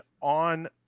on